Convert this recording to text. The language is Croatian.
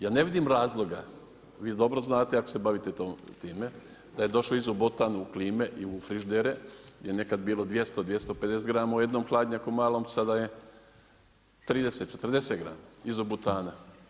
Ja ne vidim razloga, vi dobro znate ako se bavite time, da je došlo to izobotan u klime i frižidere, je nekad bilo 200, 250 grama u jednom hladnjaku malom, sada je 30, 40 grama izobotana.